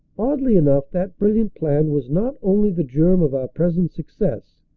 oddly enough that brilliant plan was not only the germ of our present success!